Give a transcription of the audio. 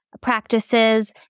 practices